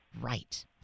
Right